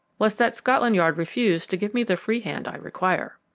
was that scotland yard refused to give me the free hand i require!